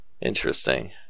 Interesting